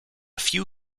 few